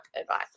advice